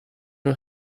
een